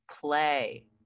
play